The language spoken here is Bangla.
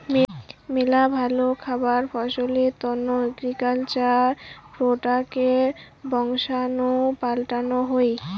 মেলা ভালো খাবার ফলনের তন্ন এগ্রিকালচার প্রোডাক্টসের বংশাণু পাল্টানো হই